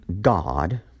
God